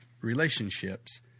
relationships